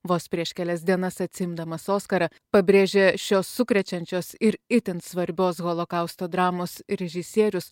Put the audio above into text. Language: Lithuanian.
vos prieš kelias dienas atsiimdamas oskarą pabrėžė šios sukrečiančios ir itin svarbios holokausto dramos režisierius